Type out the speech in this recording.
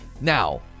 Now